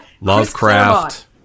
Lovecraft